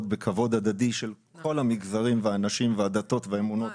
בכבוד הדדי של כל המגזרים והאנשים והדתות והאמונות